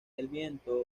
viento